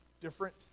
different